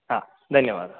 हा धन्यवादः